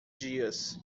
dias